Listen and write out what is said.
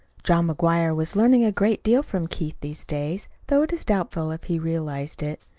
john mcguire was learning a great deal from keith these days, though it is doubtful if he realized it.